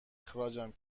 اخراجم